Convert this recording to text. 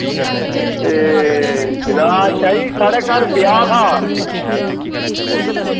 एह् जनाब शाह् जी साढ़े घर ब्याह् हा